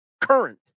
current